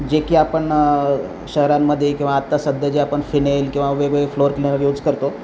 जे की आपण शहरांमध्ये किंवा आत्ता सध्या जे आपण फिनेल किंवा वेगवेगळे फ्लोर क्लीनर यूज करतो